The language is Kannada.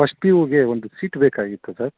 ಫಸ್ಟ್ ಪಿ ಯುಗೆ ಒಂದು ಸೀಟ್ ಬೇಕಾಗಿತ್ತು ಸರ್